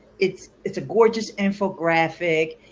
it's it's a gorgeous infographic,